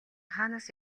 хаанаас